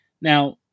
Now